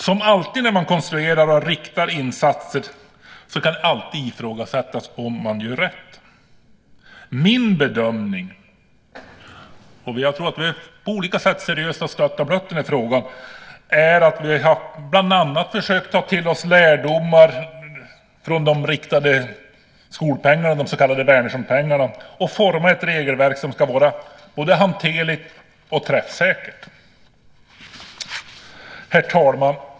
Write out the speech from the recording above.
Som alltid när man konstruerar och riktar insatser kan det ifrågasättas om man gör rätt. Vi har på olika sätt seriöst stött och blött frågan. Min bedömning är att vi bland annat har försökt ta till oss lärdomar från de riktade skolpengarna, de så kallade Wärnerssonpengarna, och forma ett regelverk som ska vara både hanterligt och träffsäkert. Herr talman!